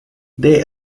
they